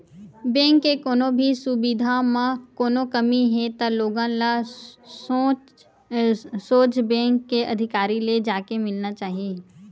bank के कोनो भी सुबिधा म कोनो कमी हे त लोगन ल सोझ बेंक के अधिकारी ले जाके मिलना चाही